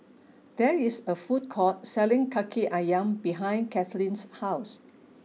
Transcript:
there is a food court selling Kaki Ayam behind Kathleen's house